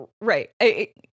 Right